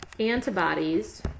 antibodies